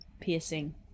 Piercing